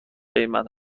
قیمت